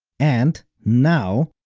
and, now,